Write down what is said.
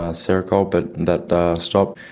ah seroquel, but that stopped.